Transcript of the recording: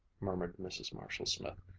murmured mrs. marshall-smith,